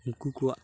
ᱩᱱᱠᱩ ᱠᱚᱣᱟᱜ